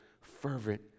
fervent